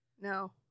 No